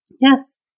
Yes